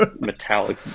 metallic